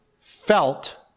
felt